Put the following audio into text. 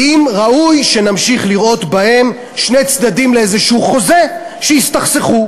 האם ראוי שנמשיך לראות בהם שני צדדים לאיזשהו חוזה שהסתכסכו?